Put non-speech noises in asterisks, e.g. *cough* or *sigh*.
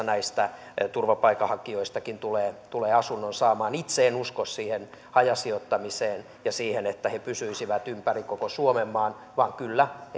*unintelligible* näistä turvapaikanhakijoistakin tulee tulee asunnon saamaan itse en usko siihen hajasijoittamiseen ja siihen että he pysyisivät ympäri koko suomenmaan vaan kyllä *unintelligible*